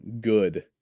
good